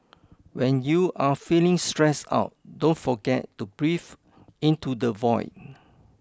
when you are feeling stressed out don't forget to breathe into the void